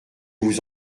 vous